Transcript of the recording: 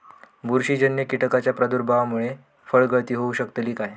बुरशीजन्य कीटकाच्या प्रादुर्भावामूळे फळगळती होऊ शकतली काय?